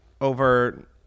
over